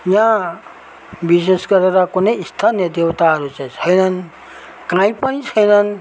यहाँ विशेष गरेर कुनै स्थानीय देवताहरू चाहिँ छैनन् कहीँ पनि छैनन्